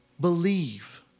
Believe